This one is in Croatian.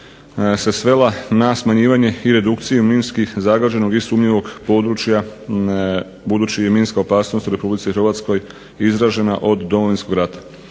se svela na smanjivanje i redukciju minski zagađenog i sumnjivog područja. Budući je minska opasnost u RH izražena od Domovinskog rata.